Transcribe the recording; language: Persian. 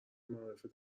معارف